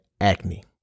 acne